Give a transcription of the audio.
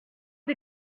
des